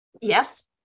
Yes